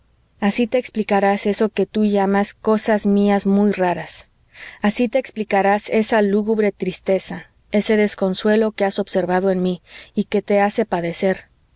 así te explicarás eso que tú llamas cosas mías muy raras así te explicarás esa lúgubre tristeza ese desconsuelo que has observado en mí y que te hace padecer